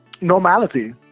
normality